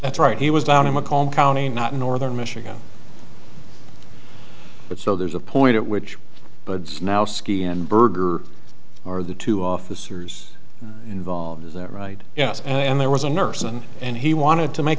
that's right he was down in mcallen county not northern michigan but so there's a point at which but it's now ski and burger or the two officers involved is that right yes and there was a nurse and and he wanted to make